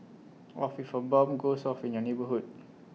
of if A bomb goes off in your neighbourhood